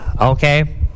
Okay